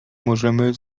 możemy